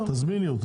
תזמיני אותו.